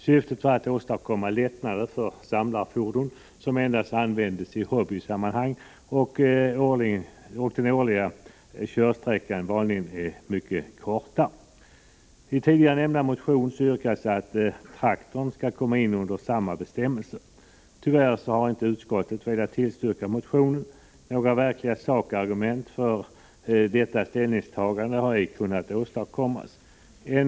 Syftet var att åstadkomma lättnader för samlarfordon som endast används i hobbysammanhang och där den årliga körsträckan vanligen är mycket kort. I den tidigare nämnda motionen av Elis Andersson yrkas att veterantraktorer skall komma in under samma bestämmelse. Tyvärr har utskottet inte velat tillstyrka motionen. Några verkliga sakargument för detta ställningstagande har inte kunnat åstadkommas.